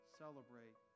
celebrate